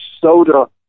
soda